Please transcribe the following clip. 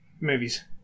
movies